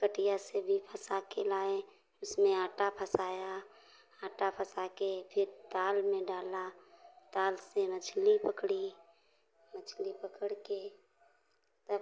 कटिया से भी फँसा के लाएँ उसमें आटा फँसाया आटा फँसा के फिर ताल में डाला ताल से मछली पकड़ी मछली पकड़ के तब